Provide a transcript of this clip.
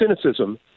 cynicism